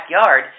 backyard